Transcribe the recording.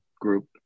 group